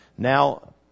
Now